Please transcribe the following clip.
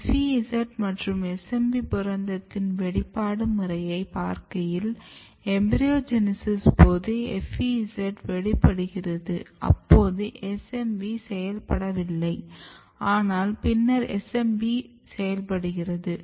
FEZ மற்றும் SMB புரதத்தின் வெளிப்பாடு முறையை பார்க்கையில் எம்பிரியோஜெனிசிஸ் போது FEZ வெளிப்படுகிறது அப்போது SMB செயல்படவில்லை ஆனால் பின்னர் SMB செயல்படுகிறது